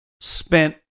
spent